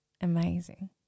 amazing